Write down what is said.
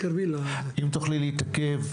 אם תוכלי להתעכב,